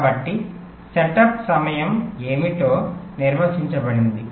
కాబట్టి సెటప్ సమయం ఏమిటో నిర్వచించబడింది